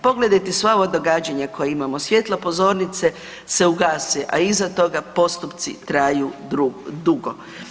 Pogledajte sva ova događanja koja imamo, svjetla pozornice se ugase, a iza toga postupci traju dugo.